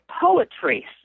poetry